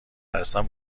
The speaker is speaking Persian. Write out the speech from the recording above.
نرسم